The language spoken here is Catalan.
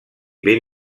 ben